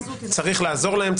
צריך לעזור להם,